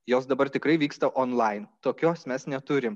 jos dabar tikrai vyksta onlain tokios mes neturim